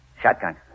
Shotgun